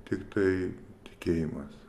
tiktai tikėjimas